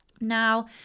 Now